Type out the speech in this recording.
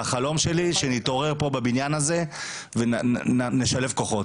והחלום שלי שנתעורר פה בבניין הזה ונשלב כוחות.